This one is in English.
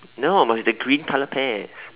no must be the green colour pear